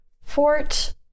Fort